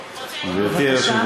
חבר הכנסת יואל חסון, אינו נוכח.